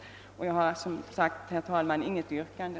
Herr talman! Jag har som sagt inget yrkande.